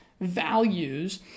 values